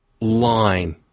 line